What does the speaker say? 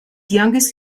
youngest